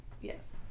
yes